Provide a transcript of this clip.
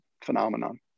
phenomenon